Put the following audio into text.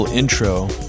intro